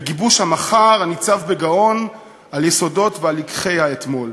בגיבוש המחר הניצב בגאון על יסודות ועל לקחי האתמול.